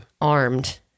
armed